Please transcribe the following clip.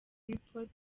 report